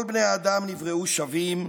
כל בני האדם נבראו שווים,